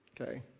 okay